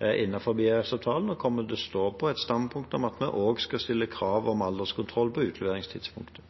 og kommer til å stå på et standpunkt om at vi også skal stille krav om alderskontroll på utleveringstidspunktet.